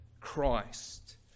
Christ